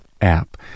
app